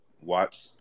watch